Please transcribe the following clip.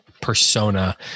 persona